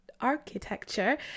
architecture